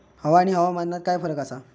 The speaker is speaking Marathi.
हवा आणि हवामानात काय फरक असा?